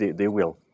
they will.